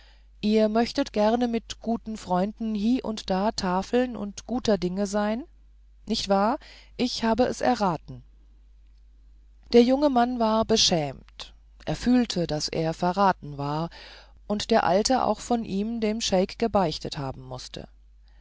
ihr möchtet gerne mit guten freunden hie und da tafeln und guter dinge sein nicht wahr ich habe es erraten der junge mann war beschämt er fühlte daß er verraten war und daß der alte auch von ihm dem scheik gebeichtet haben mußte